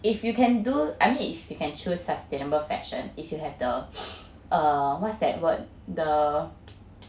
if you can do I mean if you can choose sustainable fashion if you have the err what's that word the